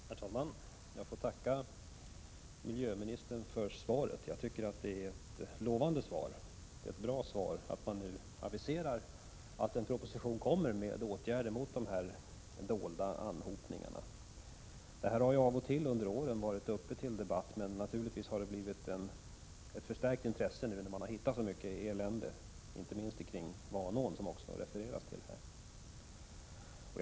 Herr talman! Jag får tacka miljöministern för svaret. Jag tycker det är ett lovande svar. Det är ett bra svar att man nu aviserar att en proposition kommer med förslag om åtgärder mot de här dolda anhopningarna. Det här har ju då och då under årens lopp varit uppe till debatt. Men naturligtvis har det blivit ett förstärkt intresse nu när man har hittat så mycket elände, inte minst kring Vanån, som också har berörts i svaret.